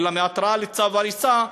אלא מהתראה על צו הריסה,